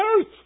earth